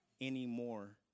anymore